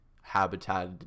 habitat